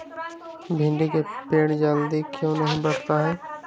भिंडी का पेड़ जल्दी क्यों नहीं बढ़ता हैं?